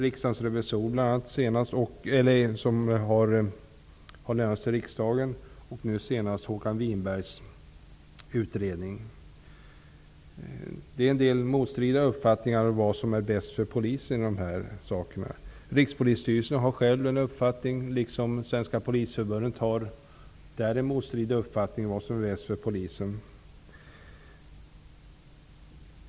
Riksdagsrevisorerna har lämnat förslag till riksdagen och nu senast har Håkan Winberg lämnat sin utredning. Det finns motstridiga uppfattningar om vad som är bäst för polisen i dessa frågor. Rikspolisstyrelsen och Svenska polisförbundet har olika uppfattningar om vad som är bäst för det svenska polisväsendet.